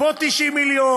פה 90 מיליון,